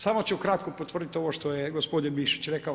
Samo ću kratko potvrditi ovo što je gospodin Mišić rekao.